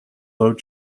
load